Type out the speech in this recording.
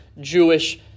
Jewish